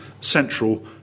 Central